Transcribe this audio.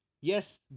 Yes